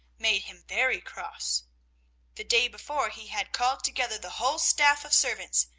made him very cross the day before he had called together the whole staff of servants,